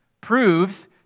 proves